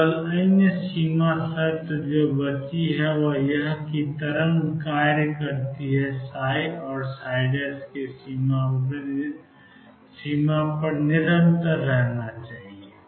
केवल अन्य सीमा शर्त जो बची है वह यह है कि तरंग कार्य करती है और ' सीमा पर निरंतर रहती है